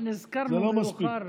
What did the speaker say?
זה לא מספיק,